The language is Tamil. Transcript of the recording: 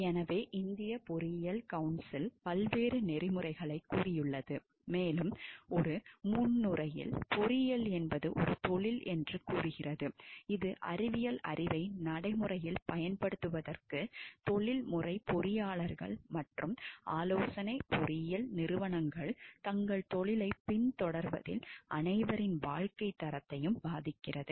எனவே இந்திய பொறியியல் கவுன்சில் பல்வேறு நெறிமுறைகளைக் கூறியுள்ளது மேலும் ஒரு முன்னுரையில் பொறியியல் என்பது ஒரு தொழில் என்று கூறுகிறது இது அறிவியல் அறிவை நடைமுறையில் பயன்படுத்துவதற்கு தொழில்முறை பொறியாளர்கள் மற்றும் ஆலோசனை பொறியியல் நிறுவனங்கள் தங்கள் தொழிலைப் பின்தொடர்வதில் அனைவரின் வாழ்க்கைத் தரத்தையும் பாதிக்கிறது